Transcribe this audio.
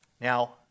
Now